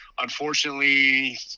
unfortunately